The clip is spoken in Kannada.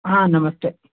ಹಾಂ ನಮಸ್ತೆ